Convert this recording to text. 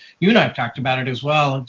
you and i've talked about it as well.